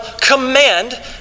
command